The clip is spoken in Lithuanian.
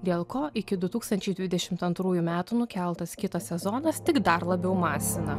dėl ko iki du tūkstančiai dvidešimt antrųjų metų nukeltas kitas sezonas tik dar labiau masina